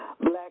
black